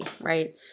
right